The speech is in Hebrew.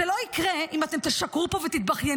זה לא יקרה אם אתם תשקרו פה ותתבכיינו.